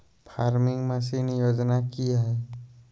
Farming machine योजना कि हैय?